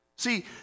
See